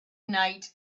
night